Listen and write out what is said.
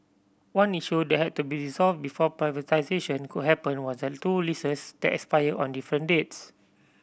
one issue that had to be resolved before privatisation could happen was the two leases that expire on different dates